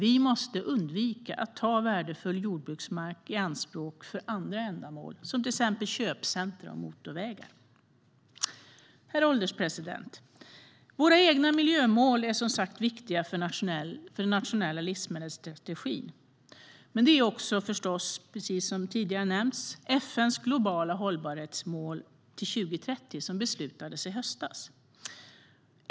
Vi måste undvika att ta värdefull jordbruksmark i anspråk för andra ändamål som till exempel köpcentrum och motorvägar. Herr ålderspresident! Våra egna miljömål är som sagt viktiga för vår nationella livsmedelsstrategi. Det är också förstås, som tidigare har nämnts, FN:s globala hållbarhetsmål till 2030 som beslutades i höstas.